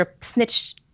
snitch